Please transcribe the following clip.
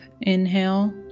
inhale